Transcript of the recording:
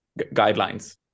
guidelines